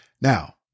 Now